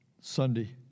Sunday